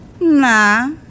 nah